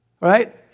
right